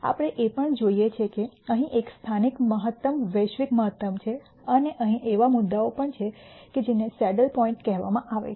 આપણે એ પણ જોઈએ છીએ કે અહીં એક સ્થાનિક મહત્તમ વૈશ્વિક મહત્તમ છે અને અહીં એવા મુદ્દાઓ પણ છે કે જેને સેડલ પોઇન્ટ કહેવામાં આવે છે